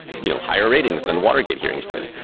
you know, higher ratings than watergate hearings did.